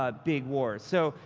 ah big wars. so,